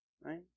Right